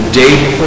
date